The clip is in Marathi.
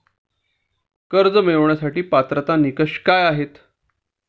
कर्ज मिळवण्यासाठीचे पात्रता निकष काय आहेत?